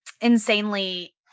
insanely